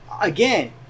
Again